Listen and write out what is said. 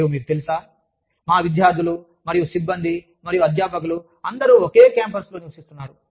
మరియు మీకు తెలుసా మా విద్యార్థులు మరియు సిబ్బంది మరియు అధ్యాపకులు అందరూ ఒకే క్యాంపస్లో నివసిస్తున్నారు